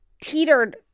teetered